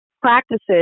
practices